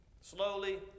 slowly